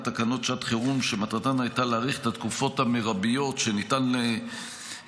תקנות שעת חירום שמטרתן הייתה להאריך את התקופות המרביות שניתן להאריך